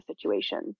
situation